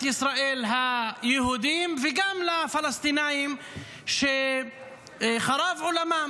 ישראל היהודים וגם לפלסטינים שחרב עולמם